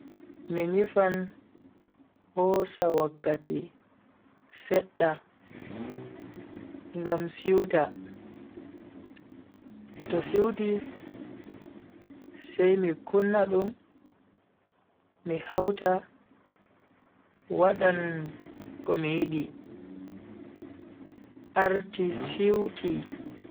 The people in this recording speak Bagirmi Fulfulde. Mi nyifan hosa wakkati sedda ngam siwta. to siwti sai mi kunna dum mi hauta wadan komi yidi arti siwti.